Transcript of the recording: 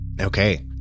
Okay